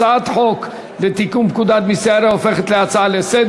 הצעת חוק לתיקון פקודת מסי העירייה ומסי הממשלה (פטורין)